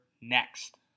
next